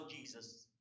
Jesus